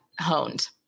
honed